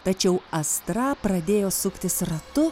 tačiau astra pradėjo suktis ratu